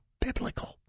biblical